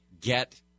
get